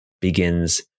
begins